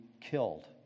killed